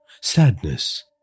sadness